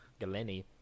Galeni